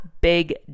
big